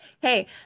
Hey